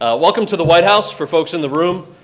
ah welcome to the white house, for folks in the room,